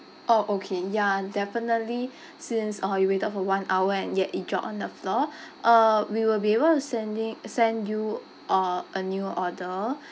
orh okay ya definitely since uh you waited for one hour and yet it dropped on the floor uh we will be able to sending send you uh a new order